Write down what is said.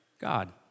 God